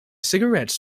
cigarettes